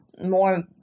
more